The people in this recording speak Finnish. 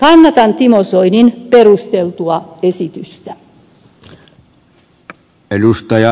kannatan timo soinin perusteltua esitystä